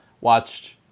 watched